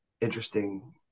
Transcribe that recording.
interesting